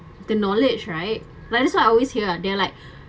the knowledge right like this one I always hear ah they're like